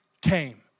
came